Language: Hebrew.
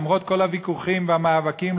למרות כל הוויכוחים והמאבקים,